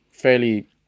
fairly